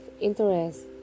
interest